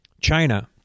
China